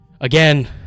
again